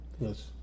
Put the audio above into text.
Yes